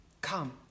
come